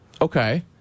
Okay